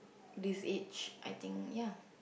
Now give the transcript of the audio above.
this age I think ya